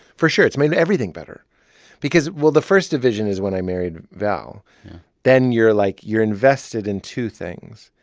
for sure, it's made everything better because well, the first division is when i married val yeah then you're, like you're invested in two things,